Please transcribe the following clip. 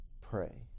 pray